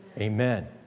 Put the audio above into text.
Amen